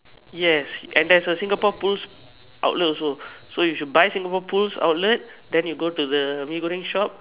yes and there's a Singapore pools outlet also so you should buy Singapore pools outlet then you go to the Mee-Goreng shop